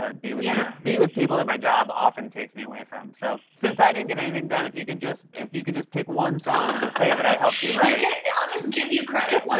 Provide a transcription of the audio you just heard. ah be with yeah be with people that my job often takes me away from. so since i didn't get anything done, if you could just if you could just pick one song to say that i helped you write. laughs yeah i'll just give you you credit. one